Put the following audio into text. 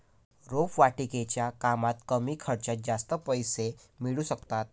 रोपवाटिकेच्या कामात कमी खर्चात जास्त पैसे मिळू शकतात